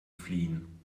fliehen